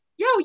yo